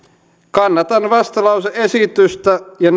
kannatan vastalause esitystä ja